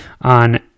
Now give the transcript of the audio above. on